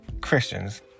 Christians